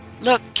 Look